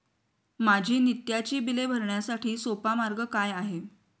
माझी नित्याची बिले भरण्यासाठी सोपा मार्ग काय आहे?